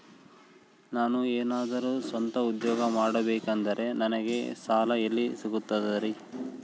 ನಾನು ಏನಾದರೂ ಸ್ವಂತ ಉದ್ಯೋಗ ಮಾಡಬೇಕಂದರೆ ನನಗ ಸಾಲ ಎಲ್ಲಿ ಸಿಗ್ತದರಿ?